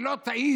היא לא תעז